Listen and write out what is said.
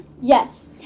Yes